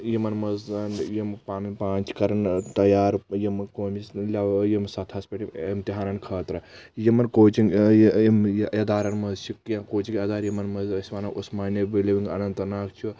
یِمن منٛز زن یِم پنٕنۍ پان چھِ کران تیار یِم قومی لیٚول یِم سطحس پٮ۪ٹھ یِم امتِحانن خٲطرٕ یِمن کوچنگ یہِ یِم یہِ اِدارن منٛز چھِ کینٛہہ کوچنگ اِدار یِمن منٛز أسۍ ونو اسمانیا بلِو اننت ناگ چھُ